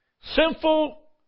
Sinful